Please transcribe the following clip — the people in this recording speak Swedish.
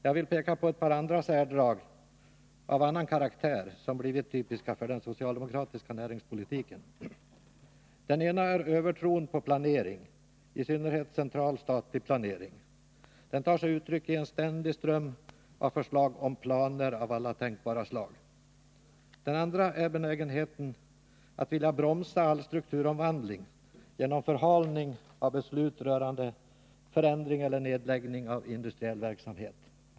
Jag vill peka på ett par andra särdrag av annan karaktär, som blivit typiska för den socialdemokratiska näringspolitiken. Det ena är övertron på planering, i synnerhet central statlig planering. Den tar sig uttryck i en ständig ström av förslag om planer av alla tänkbara slag. Det andra är benägenheten att vilja bromsa all strukturomvandling genom förhalning av beslut rörande förändring eller nedläggning av industriell verksamhet.